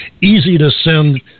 easy-to-send